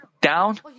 down